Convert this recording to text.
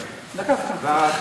אולי,